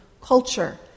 culture